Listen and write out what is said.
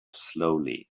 slowly